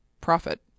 profit